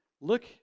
Look